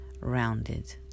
rounded